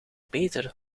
beter